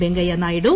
Venkaiah Naidu